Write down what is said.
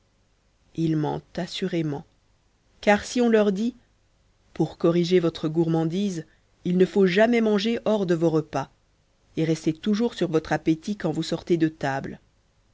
ils mentent assurément car si on leur dit pour corriger votre gourmandise il ne faut jamais manger hors des repas et rester toujours sur votre appétit quand vous sortez de table